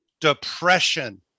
depression